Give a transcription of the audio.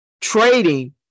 trading